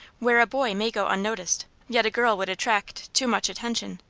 where a boy may go unnoticed, yet a girl would attract too much attention.